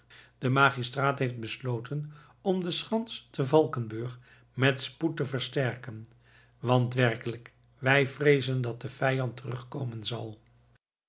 de magistraat heeft besloten om de schans te valkenburg met spoed te versterken want werkelijk wij vreezen dat de vijand terugkomen zal